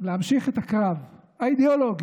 להמשיך את הקו האידיאולוגי,